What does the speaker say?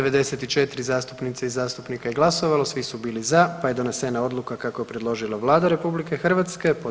94 zastupnice i zastupnika je glasovalo, svi su bili za pa je donesena odluka kako je predložila Vlada RH.